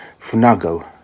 Funago